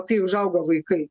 kai užauga vaikai